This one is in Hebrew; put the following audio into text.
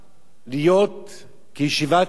להיות ישיבת הסדר,